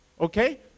Okay